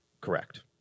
Correct